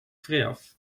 vrijaf